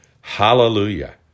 hallelujah